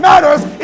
matters